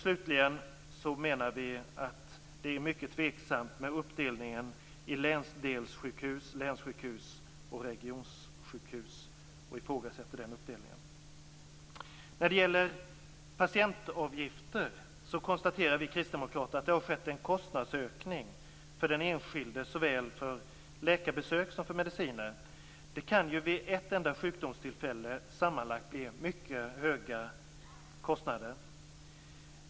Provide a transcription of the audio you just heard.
Slutligen menar vi att det är mycket tveksamt med uppdelningen i länsdelssjukhus, länssjukhus och regionsjukhus och ifrågasätter den uppdelningen. När det gäller patientavgifter konstaterar vi kristdemokrater att det har skett en kostnadsökning för den enskilde såväl för läkarbesök som för mediciner. Det kan vid ett enda sjukdomstillfälle sammanlagt bli mycket höga kostnader.